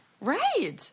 Right